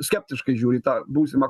skeptiškai žiūri į tą būsimą